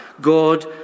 God